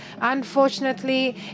Unfortunately